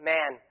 Man